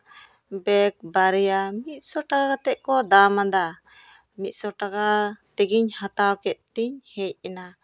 bag ᱵᱟᱨᱭᱟ ᱢᱤᱫ ᱥᱚ ᱴᱟᱠᱟ ᱠᱟᱛᱮ ᱠᱚ ᱫᱟᱢᱟᱫᱟ ᱢᱤᱫ ᱥᱮ ᱴᱟᱠᱟ ᱛᱮᱜᱮᱧ ᱦᱟᱛᱟᱣ ᱠᱮᱫᱛᱮᱧ ᱦᱮᱡ ᱮᱱᱟ